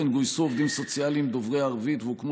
גויסו עובדים סוציאליים דוברי ערבית והוקמו